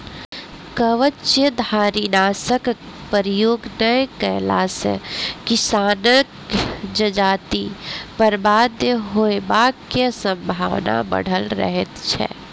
कवचधारीनाशकक प्रयोग नै कएला सॅ किसानक जजाति बर्बाद होयबाक संभावना बढ़ल रहैत छै